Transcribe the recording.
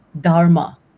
Dharma